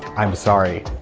i'm sorry.